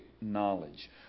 knowledge